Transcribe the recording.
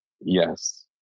yes